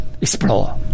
explore